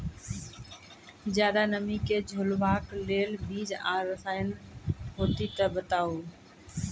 ज्यादा नमी के झेलवाक लेल बीज आर रसायन होति तऽ बताऊ?